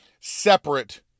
separate